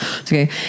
okay